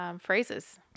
phrases